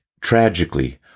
Tragically